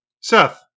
seth